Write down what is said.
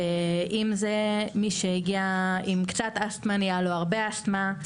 ואם זה מי שהגיע עם קצת אסתמה נהיה לו קצת אסתמה.